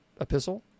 epistle